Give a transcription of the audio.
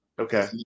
Okay